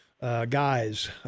Guys